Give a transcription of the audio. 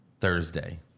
thursday